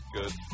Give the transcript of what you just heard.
good